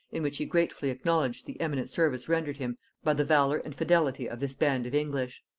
in which he gratefully acknowledged the eminent service rendered him by the valor and fidelity of this band of english.